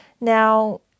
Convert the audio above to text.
Now